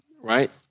right